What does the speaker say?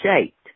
shaped